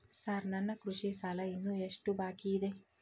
Sir ನನ್ನ ಕೃಷಿ ಸಾಲ ಇನ್ನು ಎಷ್ಟು ಬಾಕಿಯಿದೆ?